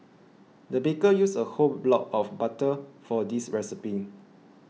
the baker used a whole block of butter for this recipe